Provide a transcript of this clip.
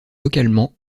localement